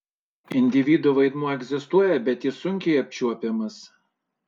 individo vaidmuo egzistuoja bet jis sunkiai apčiuopiamas